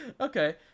Okay